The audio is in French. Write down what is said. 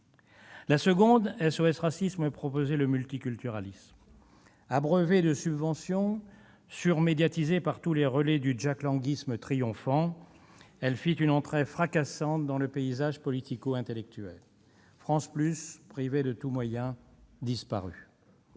Le second, SOS Racisme, proposait le multiculturalisme. Abreuvé de subventions, surmédiatisé par tous les relais du jacklanguisme triomphant, il fit une entrée fracassante dans le paysage politico-intellectuel. France Plus, privée de tout moyen, disparut.